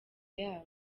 yabo